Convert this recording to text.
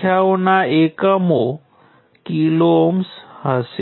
કર્ણ વિશે સપ્રમાણ છે